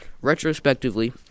retrospectively